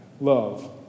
love